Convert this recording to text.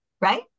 right